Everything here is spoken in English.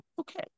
okay